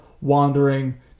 wandering